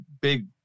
big